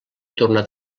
tornat